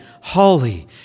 holy